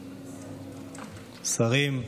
שרים,